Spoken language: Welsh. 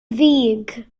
ddig